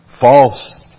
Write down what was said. false